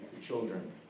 children